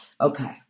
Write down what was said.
Okay